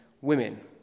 women